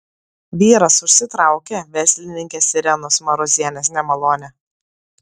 vyras užsitraukė verslininkės irenos marozienės nemalonę